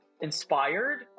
inspired